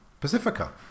Pacifica